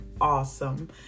awesome